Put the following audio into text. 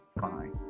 Fine